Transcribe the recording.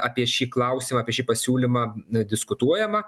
apie šį klausimą apie šį pasiūlymą diskutuojama